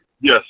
Yes